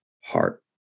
heart